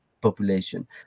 population